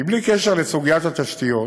בלי קשר לסוגיית התשתיות,